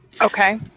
Okay